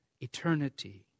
eternity